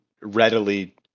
readily